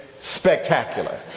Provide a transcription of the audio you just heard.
spectacular